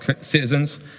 citizens